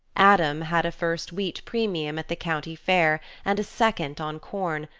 adam had a first wheat premium at the county fair and a second on corn,